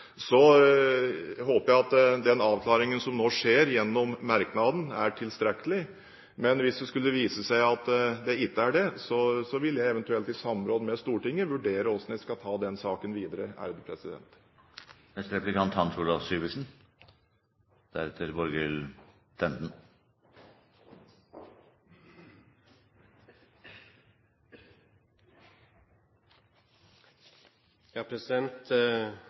Så håper jeg at den avklaringen som nå skjer gjennom merknaden, er tilstrekkelig. Men hvis det skulle vise seg at det ikke er det, vil jeg eventuelt i samråd med Stortinget vurdere hvordan jeg skal ta den saken videre.